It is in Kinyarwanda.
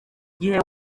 gihe